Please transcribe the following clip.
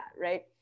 Right